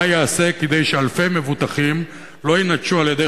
מה ייעשה כדי שאלפי מבוטחים לא יינטשו על-ידי